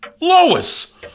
Lois